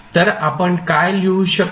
तर आपण काय लिहू शकतो